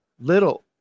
little